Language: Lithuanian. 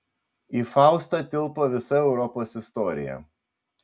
į faustą tilpo visa europos istorija